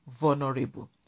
vulnerable